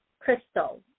Crystal